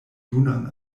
junan